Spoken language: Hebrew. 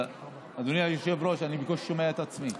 אדוני היושב-ראש, אני בקושי שומע את עצמי.